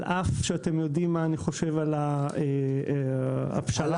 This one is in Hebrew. על אף שאתם יודעים מה אני חושב על הפשרה המסוימת.